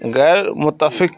غیر متفق